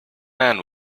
man